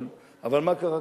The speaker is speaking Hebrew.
אבל מה קרה?